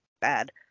bad